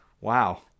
Wow